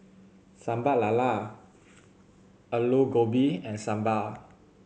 Sambal Lala Aloo Gobi and Sambal